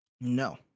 No